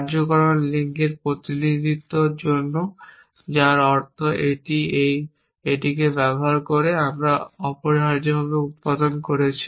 কার্যকারণ লিঙ্কের প্রতিনিধিত্ব করার জন্য যার অর্থ এটি এই এবং এটিকে ব্যবহার করে যে অপরিহার্যভাবে উত্পাদন করছে